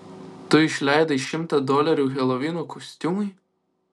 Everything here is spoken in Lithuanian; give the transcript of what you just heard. tu išleidai šimtą dolerių helovino kostiumui